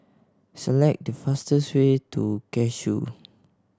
select the fastest way to Cashew